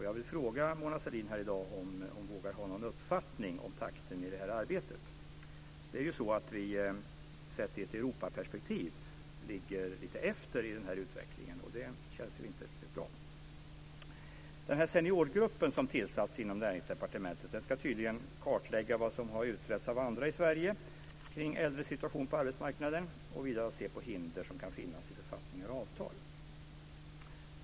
Jag vill fråga Mona Sahlin här i dag om hon vågar ha en uppfattning om takten i detta arbete. I ett Europaperspektiv ligger vi ju lite efter i den här utvecklingen, vilket inte känns riktigt bra. Den seniorgrupp som tillsatts inom Näringsdepartementet ska tydligen kartlägga vad som har utretts av andra i Sverige när det gäller äldres situation på arbetsmarknaden samt titta på hinder som kan finnas i författningar och avtal.